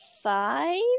Five